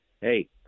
hey